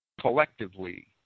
collectively